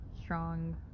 strong